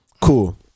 Cool